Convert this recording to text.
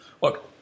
Look